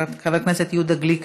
חבר הכנסת יואל חסון,